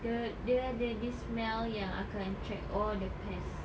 the the dia ada this smell yang akan attract all the pests